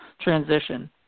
transition